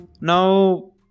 Now